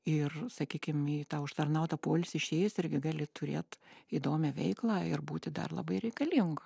ir sakykim į tą užtarnautą poilsį išėjęs irgi gali turėt įdomią veiklą ir būti dar labai reikalingu